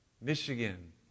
Michigan